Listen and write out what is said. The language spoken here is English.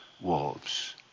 wolves